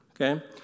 Okay